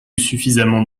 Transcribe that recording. suffisamment